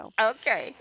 Okay